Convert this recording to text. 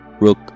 Rook